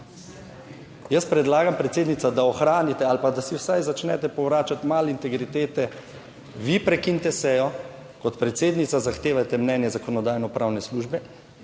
Jaz predlagam predsednica, da ohranite ali pa da si vsaj začnete povračati malo integritete. Vi prekinete sejo kot predsednica, zahtevate mnenje Zakonodajno-pravne službe,